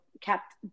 kept